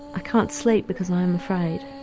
i can't sleep because i am afraid. i